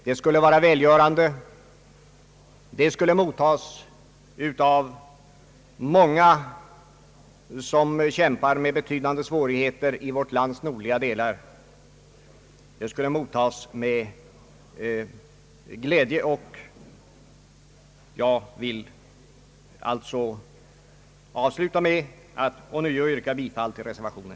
Det skulle vara välgörande, och det skulle mottas med glädje av många som kämpar mot betydande svårigheter i vårt lands nordligaste delar. Herr talman! Jag ber att ånyo få yrka bifall till reservationen.